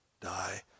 die